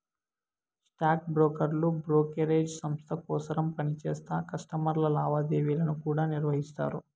stock బ్రోకర్లు brokerage సంస్త కోసరం పనిచేస్తా కస్టమర్ల లావాదేవీలను కూడా నిర్వహిస్తారు